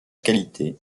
qualité